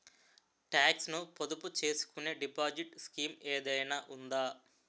Talks ను పొదుపు చేసుకునే డిపాజిట్ స్కీం ఏదైనా ఉందా?